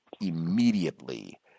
immediately